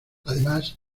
además